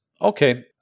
okay